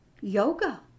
Yoga